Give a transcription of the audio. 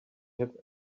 have